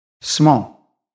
Small